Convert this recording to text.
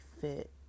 fit